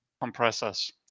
compressors